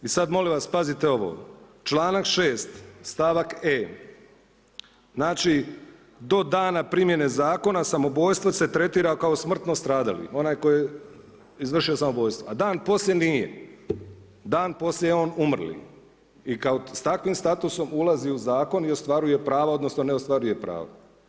I sada molim vas, pazite ovo, članak 6., stavak e. znači do dana primjene zakona samoubojstvo se tretira kao smrtno stradali, onaj koji je izvršio samoubojstvo a dan poslije nije, dan poslije je on umrli i kao s takvim statusom ulazi u zakon i ostvaruje prava odnosno ne ostvaruje prava.